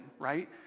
right